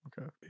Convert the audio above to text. Okay